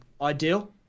ideal